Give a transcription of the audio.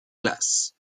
glace